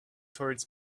towards